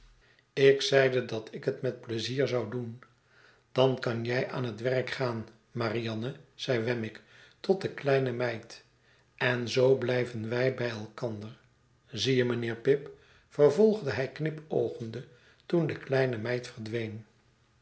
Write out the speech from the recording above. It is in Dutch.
ik zeide dat ik het met pleizier zou doen dan kan jij aan je werk gaan marianne zeide wemmick tot de kleine meid en zoo blijven wij bij elkander zie je mynheer pip vervolgde jaij knipoogende toen de kleine meid verdween